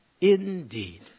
Indeed